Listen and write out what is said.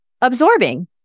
absorbing